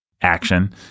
action